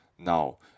Now